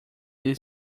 ele